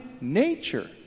nature